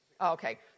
Okay